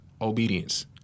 obedience